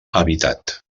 habitat